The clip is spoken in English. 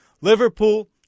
Liverpool